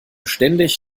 ständig